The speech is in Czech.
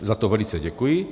Za to velice děkuji.